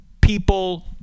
people